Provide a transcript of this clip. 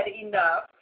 enough